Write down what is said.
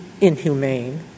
inhumane